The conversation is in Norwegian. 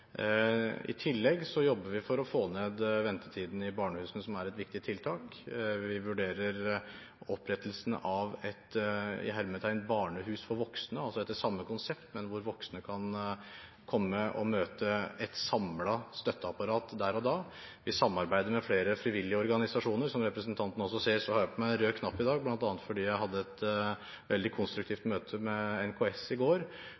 I tillegg jobber vi for å få ned ventetiden i barnehusene, som er et viktig tiltak. Vi vurderer også opprettelsen av et «barnehus» for voksne, altså etter samme konsept, men hvor voksne kan komme og møte et samlet støtteapparat der og da. Vi samarbeider med flere frivillige organisasjoner. Som representanten ser, har jeg på meg en rød knapp i dag, bl.a. fordi jeg hadde et veldig konstruktivt møte med Norske Kvinners Sanitetsforening i går.